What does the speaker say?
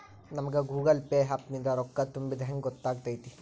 ನಮಗ Google Pay app ನಿಂದ ರೊಕ್ಕಾ ತುಂಬಿದ್ದ ಹೆಂಗ್ ಗೊತ್ತ್ ಆಗತೈತಿ?